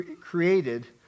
created